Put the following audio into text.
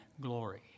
glory